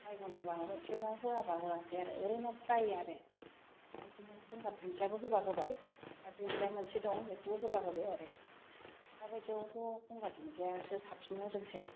bygone होबा होबायसै बा होयाबा होयासै आरो ओरैनो फ्राय आरो ओमफाय बिदिनो गंगार दुनदिया होबा होबाय आर दुनदिया मोनसे दं बेखौबो होबा होबाय आरो दा बायदियावथ' गंगार दुनदियासो साबसिन मोदोमसै